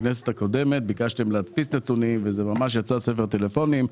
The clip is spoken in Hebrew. בכנסת הקודמת ביקשתם להדפיס נתונים וזה יצא ממש ספר טלפונים.